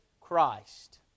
Christ